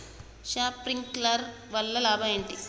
Sprinkler వల్ల లాభం ఏంటి?